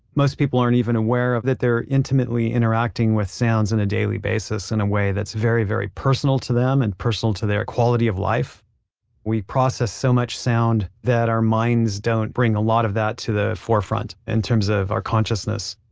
most people aren't, even aware that they're intimately interacting with sounds on and a daily basis, in a way that's very, very personal to them and personal to their quality of life we process so much sound that our minds don't bring a lot of that to the forefront, in terms of our consciousness.